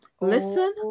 Listen